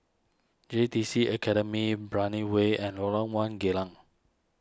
J T C Academy Brani Way and Lorong one Geylang